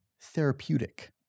therapeutic